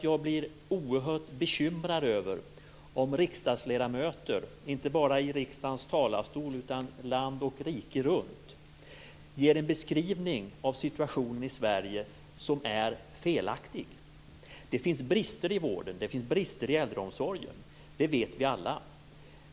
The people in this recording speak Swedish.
Jag blir oerhört bekymrad om riksdagsledamöter, inte bara i riksdagens talarstol, utan land och rike runt ger en beskrivning av situationen i Sverige som är felaktig. Det finns brister i vården och det finns brister i äldreomsorgen. Det vet vi alla.